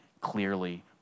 clearly